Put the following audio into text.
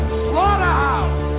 slaughterhouse